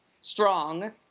strong